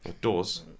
Doors